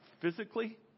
physically